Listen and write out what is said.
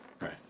Right